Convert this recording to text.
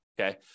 okay